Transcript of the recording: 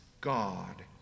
God